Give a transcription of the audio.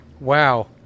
wow